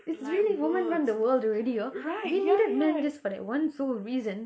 it's really women run the world already orh we needed men just for that one sole reason